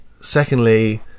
Secondly